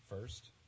First